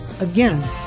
Again